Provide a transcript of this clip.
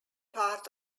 part